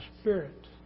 Spirit